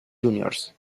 juniors